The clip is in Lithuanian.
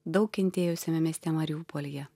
daug kentėjusiame mieste mariupolyje